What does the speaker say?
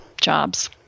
jobs